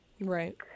Right